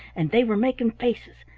and they were making faces,